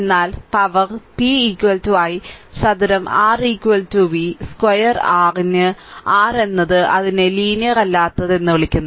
എന്നാൽ power p i ചതുരം R v ചതുരശ്ര R ന് r എന്നത് അതിനെ ലീനിയർ അല്ലാത്തത് എന്ന് വിളിക്കുന്നു